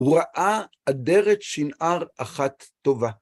הוא ראה אדרת שינער אחת טובה.